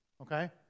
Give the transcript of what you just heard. Okay